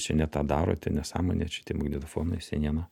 čia ne tą darote nesąmonė čia tie magnetofonai seniena